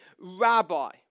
rabbi